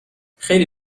خیلی